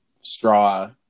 straw